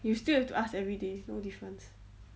you still have to ask everyday no difference